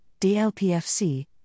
DLPFC